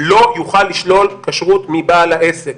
לא יוכל לשלול כשרות מבעל העסק.